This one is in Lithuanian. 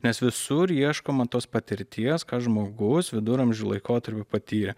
nes visur ieškoma tos patirties ką žmogus viduramžių laikotarpiu patyrė